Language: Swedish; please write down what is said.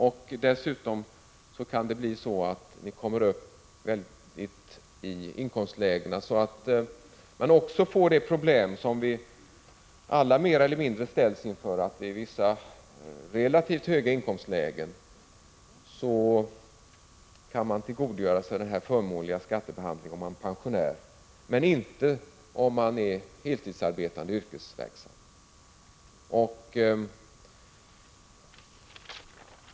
Och dessutom kan det bli så att ni kommer upp högt i inkomstlägena så att också det problem uppstår som vi alla mer eller mindre ställs inför, att det går att tillgodogöra sig den förmånligare skattebehandlingen vid vissa relativt höga inkomstlägen om man är pensionär men inte om man är heltidsarbetande yrkesverksam.